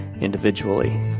individually